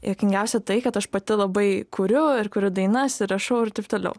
juokingiausia tai kad aš pati labai kuriu ir kuriu dainas ir rašau ir taip toliau